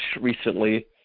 recently